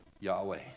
Yahweh